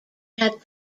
had